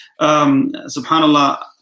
Subhanallah